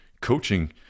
coaching